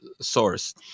source